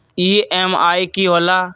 EMI की होला?